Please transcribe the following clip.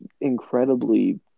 incredibly